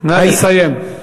נא לסיים.